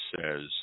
Says